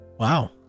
Wow